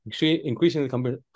increasingly